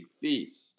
feast